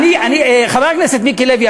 חבר הכנסת מיקי לוי,